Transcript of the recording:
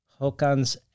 Hokan's